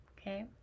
okay